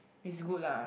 is good lah